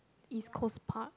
East-Coast-Park